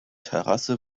terrasse